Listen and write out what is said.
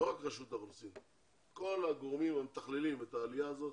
לא רק רשות האוכלוסין אלא כל הגורמים המתכללים את העלייה הזאת